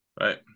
Right